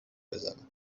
بزنم